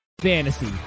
Fantasy